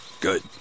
Good